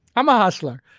i'm a hustler,